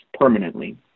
permanently